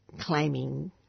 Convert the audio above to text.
claiming